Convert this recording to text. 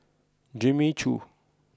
Jimmy Choo